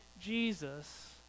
Jesus